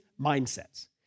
mindsets